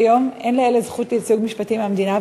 כיום אין לאלה זכות לייצוג משפטי מהמדינה,